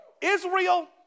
Israel